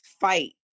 fight